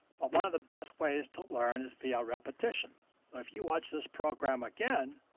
but one of the best ways to learn is via repetition. so if you watch this program again,